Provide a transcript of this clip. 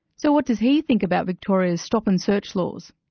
so what does he think about victoria's stop and search laws?